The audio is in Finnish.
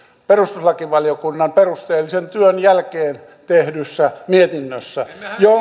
perustuslakivaliokunnan perusteellisen työn jälkeen tehdyssä mietinnössä